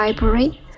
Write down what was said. Library